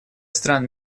стран